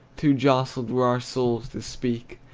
too jostled were our souls to speak,